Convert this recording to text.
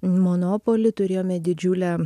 monopolį turėjome didžiulę